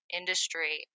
industry